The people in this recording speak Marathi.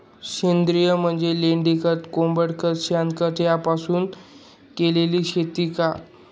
सेंद्रिय म्हणजे लेंडीखत, कोंबडीखत, शेणखत यापासून केलेली शेती का?